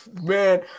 man